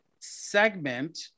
segment